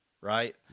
right